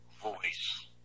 voice